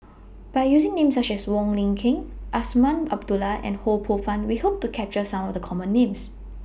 By using Names such as Wong Lin Ken Azman Abdullah and Ho Poh Fun We Hope to capture Some of The Common Names